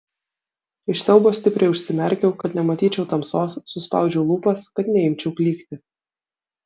iš siaubo stipriai užsimerkiau kad nematyčiau tamsos suspaudžiau lūpas kad neimčiau klykti